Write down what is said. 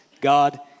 God